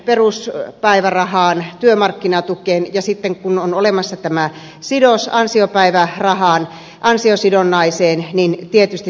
perus pienempään peruspäivärahaan työmarkkinatukeen ja sitten kun on olemassa tämä sidos ansiopäivärahaan ansiosidonnaiseen tietysti sinne